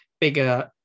bigger